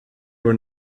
were